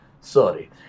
Sorry